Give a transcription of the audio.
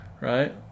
right